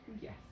Yes